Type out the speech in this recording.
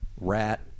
Rat